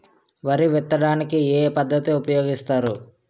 వరి విత్తడానికి ఏ పద్ధతిని ఉపయోగిస్తారు?